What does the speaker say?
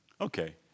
Okay